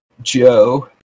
joe